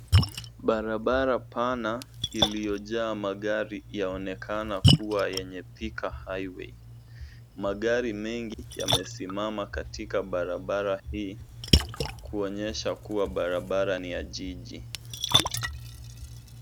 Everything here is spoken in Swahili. Barabara pana iliyojaa magari yaonekana kuwa yenye Thika Highway. Magari mengi yamesimama katika barabara hii kuonyesha kuwa barabara ni ya jiji.